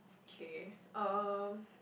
K uh